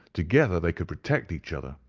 together they could protect each other,